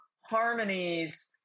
harmonies